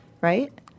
right